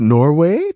Norway